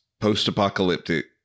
post-apocalyptic